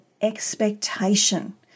expectation